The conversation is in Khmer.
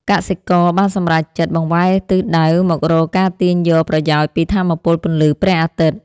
កសិករបានសម្រេចចិត្តបង្វែរទិសដៅមករកការទាញយកប្រយោជន៍ពីថាមពលពន្លឺព្រះអាទិត្យ។